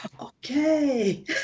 Okay